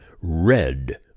red